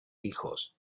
hijos